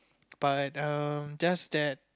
but um just that